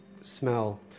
smell